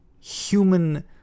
human